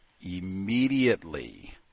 immediately